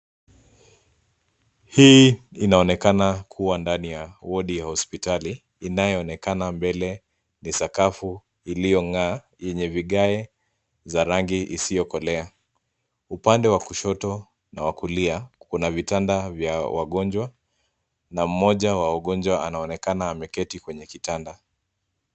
Hii inaonekana kuwa wodi ya ndani ya hospitali inayoonekana mbele ya sakafu iliyong'aa yenye vigae za rangi isiyokolea. Upande wa kushoto na wa kulia kuna vitanda vya wagonjwa na mmoja wa wagonjwa anaonekana ameketi kwenye kitanda.